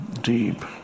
deep